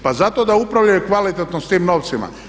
Pa zato da upravljaju kvalitetno sa tim novcima.